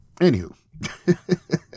anywho